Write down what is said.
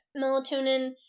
Melatonin